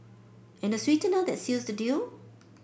and the sweetener that seals the deal